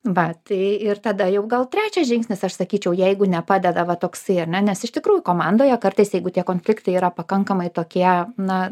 vat ir tada jau gal trečias žingsnis aš sakyčiau jeigu nepadeda va toksai ar ne nes iš tikrųjų komandoje kartais jeigu tie konfliktai yra pakankamai tokie na